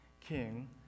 king